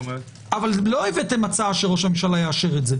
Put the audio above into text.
אבל לא הבאתם הצעה שראש הממשלה יאשר את זה.